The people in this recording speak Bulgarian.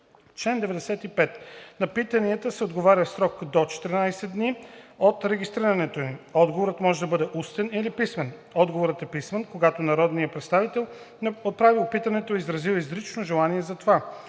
„Чл. 95. На питанията се отговаря в срок до 14 дни от регистрирането им. Отговорът може да бъде устен или писмен. Отговорът е писмен, когато народният представител, отправил питането, е изразил изрично желание за това.